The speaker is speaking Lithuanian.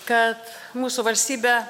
kad mūsų valstybė